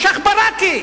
שיח' ברקי.